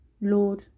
Lord